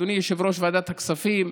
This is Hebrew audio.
אדוני יושב-ראש ועדת הכספים,